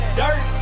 dirt